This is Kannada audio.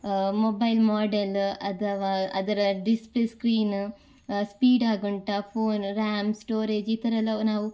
ಮೊಬೈಲ್ ಮಾಡೆಲ್ಲ ಅಥವಾ ಅದರ ಡಿಸ್ಪ್ಲೇ ಸ್ಕ್ರೀನ ಸ್ಪೀಡಾಗುಂಟಾ ಫೋನ ರ್ಯಾಮ್ ಸ್ಟೋರೇಜ್ ಈ ಥರ ಎಲ್ಲ ನಾವು